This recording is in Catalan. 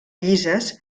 llises